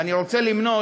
אני רוצה למנות